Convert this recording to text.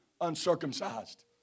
uncircumcised